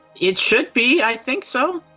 it should be, i think so.